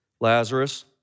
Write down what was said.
Lazarus